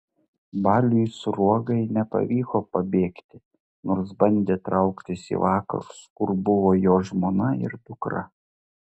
baliui sruogai nepavyko pabėgti nors bandė trauktis į vakarus kur buvo jo žmona ir dukra